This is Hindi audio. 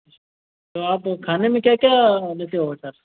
तो आप खाने में क्या क्या लेते हो सर